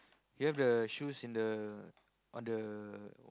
you have the shoes in the on the